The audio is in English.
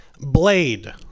Blade